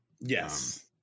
Yes